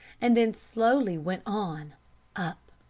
and then slowly went on up,